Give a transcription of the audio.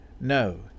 No